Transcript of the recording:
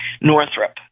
Northrop